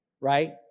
right